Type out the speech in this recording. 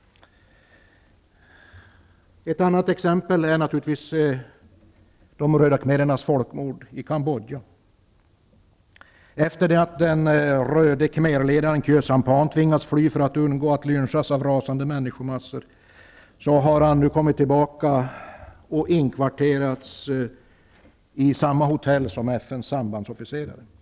Ett annat exempel är naturligtvis de röda khmerernas folkmord i Cambodja. Efter det att röde khmer-ledaren Khieu Samphan tvingades fly för att undgå att lynchas av rasande människomassor har han nu kommit tillbaka och inkvarterats i samma hotell som FN:s sambandsofficerare.